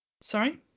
Sorry